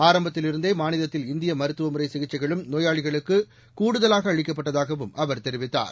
ஆரம்பத்திலிருந்தே மாநிலத்தில் இந்திய மருத்துவ முறை சிகிச்சைகளும் நோயாளிகளுக்கு கூடுதலாக அளிக்கப்பட்டதாகவும் அவர் தெரிவித்தார்